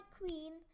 queen